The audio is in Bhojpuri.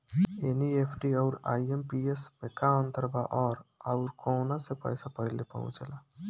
एन.ई.एफ.टी आउर आई.एम.पी.एस मे का अंतर बा और आउर कौना से पैसा पहिले पहुंचेला?